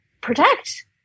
protect